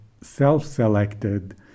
self-selected